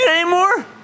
anymore